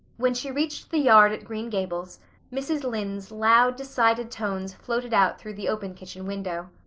when she reached the yard at green gables mrs. lynde's loud, decided tones floated out through the open kitchen window.